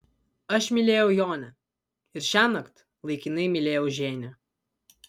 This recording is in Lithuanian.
aš mylėjau jonę ir šiąnakt laikinai mylėjau ženią